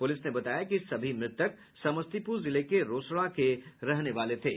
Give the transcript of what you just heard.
police ने बताया कि सभी मृतक समस्तीपुर जिले के रोसड़ा के रहने वाले थे